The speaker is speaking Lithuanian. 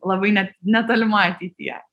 labai ne netolimoj ateityje